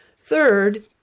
Third